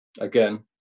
again